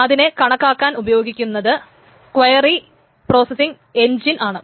അതിനെ കണക്കാക്കാൻ ഉപയോഗിക്കുന്നത് ക്വയറി പ്രോസ്സസിങ് എൻജിൻ ആണ്